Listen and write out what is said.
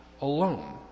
alone